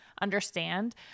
understand